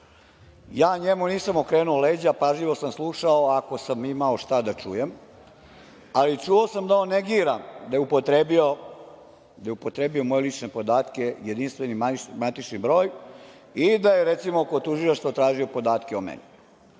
njemu nisam okrenuo leđa, pažljivo sam slušao, ako sam imao šta da čujem, a čuo sam da on negira da je upotrebio moje lične podatke, JMBG, i da je kod tužilaštva tražio podatke o meni.